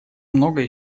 многое